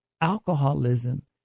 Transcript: alcoholism